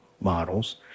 models